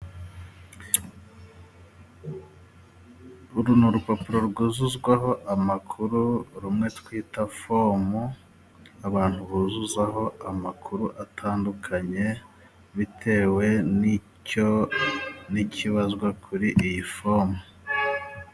Uru ni urupapuro rwuzuzwaho amakuru, rumwe twita fomu abantu buzuzaho amakuru atandukanye bitewe n'icyo ,n'ikibazwa kuri iyi fomu.